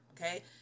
okay